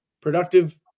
productive